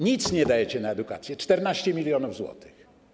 Nic nie dajecie na edukację - 14 mln zł.